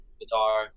guitar